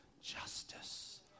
justice